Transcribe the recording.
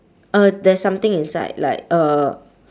uh that's something inside like uh